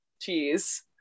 cheese